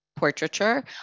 Portraiture